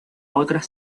otras